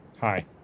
Hi